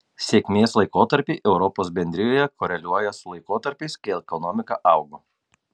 sėkmės laikotarpiai europos bendrijoje koreliuoja su laikotarpiais kai ekonomika augo